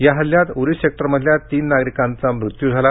या हल्ल्यात उरी सेक्टरमधल्या तीन नागरिकांचा मृत्यू झाला